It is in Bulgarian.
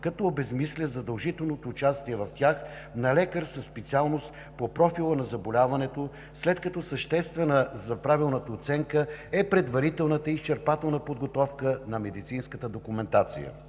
като обезсмисля задължителното участие в тях на лекар със специалност по профила на заболяването, след като съществена за правилната оценка е предварителната изчерпателна подготовка на медицинската документация.